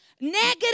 negative